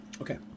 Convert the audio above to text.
Okay